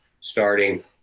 starting